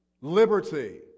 liberty